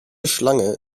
schlange